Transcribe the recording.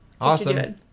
Awesome